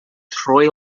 trwy